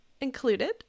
included